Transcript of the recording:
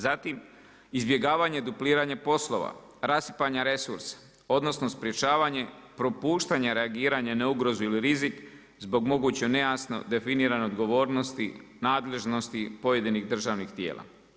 Zatim, izbjegavanje dupliranja poslova, rasipanja resursa, odnosno sprječavanje, propuštanje reagiranja na ugrozu ili rizik zbog moguće nejasne definirane odgovornosti, nadležnosti pojedinih državnih tijela.